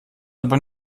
aber